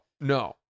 no